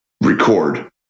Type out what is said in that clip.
record